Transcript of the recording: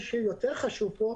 שיותר חשוב פה,